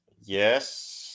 Yes